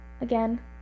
again